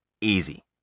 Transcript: Easy